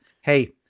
Hey